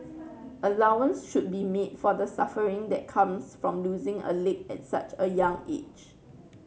allowance should be made for the suffering that comes from losing a leg at such a young age